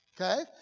Okay